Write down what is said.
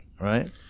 right